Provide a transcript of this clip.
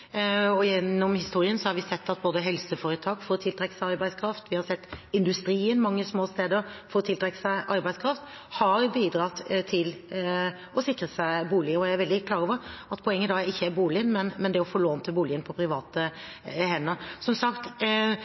Gjennom historien har vi sett at både helseforetak og industrien mange små steder for å tiltrekke seg arbeidskraft har bidratt til å sikre seg bolig, og jeg er veldig klar over at poenget da ikke er boligen, men det å få lån til boligen på private hender. Som sagt: